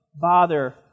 bother